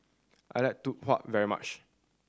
I like Tau Huay very much